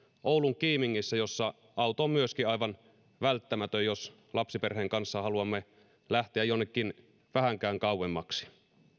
oulun kiimingissä jossa auto on myöskin aivan välttämätön jos lapsiperheen kanssa haluamme lähteä jonnekin vähänkään kauemmaksi